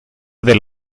del